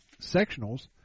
sectionals